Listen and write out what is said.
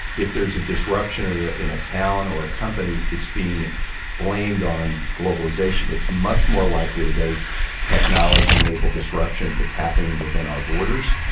if there's a disruption and ah in a town or a company, it's being blamed on globalization. it's much more likely today technology-enabled disruption that's happening within our borders.